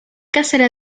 cacera